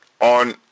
on